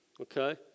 Okay